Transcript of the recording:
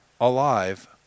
alive